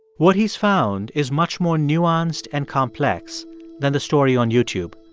what he's found is much more nuanced and complex than the story on youtube.